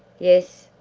yes,